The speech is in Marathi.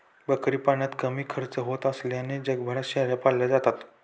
बकरी पालनात कमी खर्च होत असल्याने जगभरात शेळ्या पाळल्या जातात